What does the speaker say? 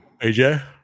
AJ